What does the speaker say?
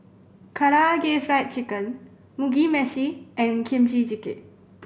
Karaage Fried Chicken Mugi Meshi and Kimchi Jjigae